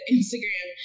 Instagram